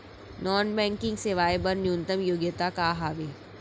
Non banking सेवाएं बर न्यूनतम योग्यता का हावे?